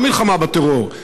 לא המלחמה בטרור,